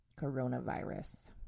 coronavirus